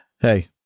Hey